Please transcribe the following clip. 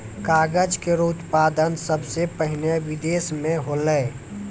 कागज केरो उत्पादन सबसें पहिने बिदेस म होलै